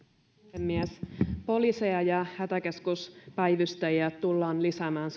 puhemies poliiseja ja hätäkeskuspäivystäjiä tullaan lisäämään